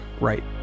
right